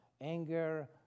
anger